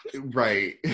Right